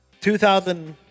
2000